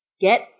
Get